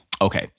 Okay